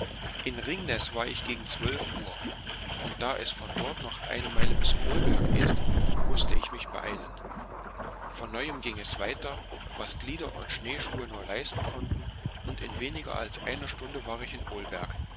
in ringnes war ich gegen zwölf uhr und da es von dort noch eine meile bis olberg ist mußte ich mich beeilen von neuem ging es weiter was glieder und schneeschuhe nur leisten konnten und in weniger als einer stunde war ich in olberg